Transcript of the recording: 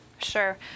Sure